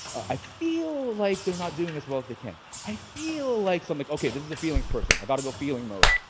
i feel like they're not doing as well as they can. i feel like something. okay this is a feelings person. i got to go feeling mode.